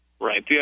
Right